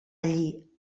allí